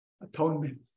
atonement